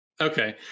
Okay